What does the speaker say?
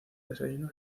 desayuno